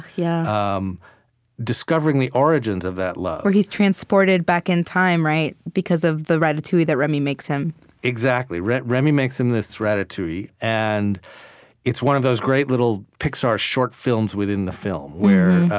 yeah um discovering the origins of that love where he's transported back in time because of the ratatouille that remy makes him exactly. remy remy makes him this ratatouille, and it's one of those great little pixar short-films-within-the-film, where